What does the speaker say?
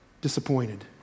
disappointed